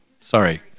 Sorry